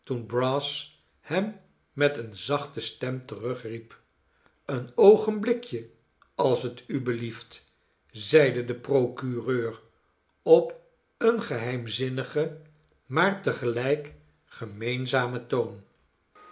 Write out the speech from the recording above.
toen brass hem met eene zachte stem terugriep een oogenblikje als het u belieftl zeide de procureur op een geheimzinnigen maar te gelijk gemeenzamen toon